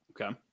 Okay